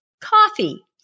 coffee